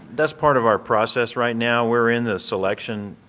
that's part of our process right now. we're in the selection